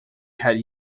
had